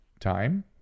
time